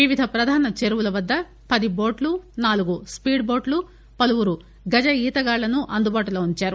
వివిధ ప్రధాన చెరువుల వద్ద పది బోట్లు నాలుగు స్పీడ్ బోట్లు పలువురు గజఈత గాళ్లను అందుబాటులో ఉందారు